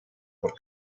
por